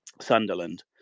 Sunderland